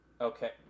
okay